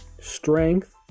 strength